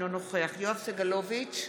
אינו נוכח יואב סגלוביץ'